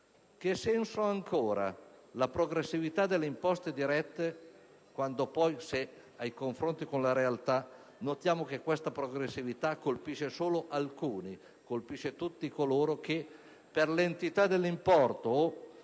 Che senso ha ancora la progressività delle imposte dirette quando poi, nel confronto con la realtà, notiamo che questa colpisce solo alcuni? Colpisce cioè tutti coloro che per l'entità dell'importo,